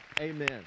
Amen